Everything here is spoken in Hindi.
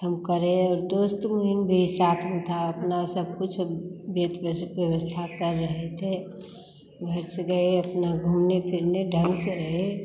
हम करे और दोस्त उहिन भी साथ में था अपना सब कुछ व्यवस्था कर रहे थे घर से गए अपना घूमने फिरने ढंग से रहे